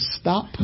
stop